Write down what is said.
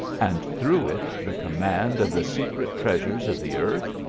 and through it, the command of the secret treasures of the earth?